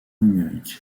numérique